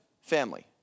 family